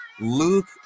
Luke